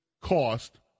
cost